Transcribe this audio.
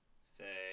say